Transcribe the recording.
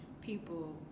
people